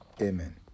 Amen